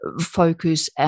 focus